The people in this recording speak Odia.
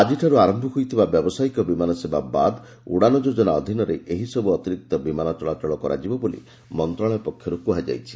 ଆଜିଠାରୁ ଆରମ୍ଭ ହୋଇଥିବା ବ୍ୟାବସାୟିକ ବିମାନ ସେବା ବାଦ୍ ଉଡ଼ାନ୍ ଯୋକନା ଅଧୀନରେ ଏହିସବୁ ଅତିରିକ୍ତ ବିମାନ ଚଳାଚଳ କରାଯିବ ବୋଲି ମନ୍ତ୍ରଣାଳୟ ପକ୍ଷର୍ତ କୁହାଯାଇଛି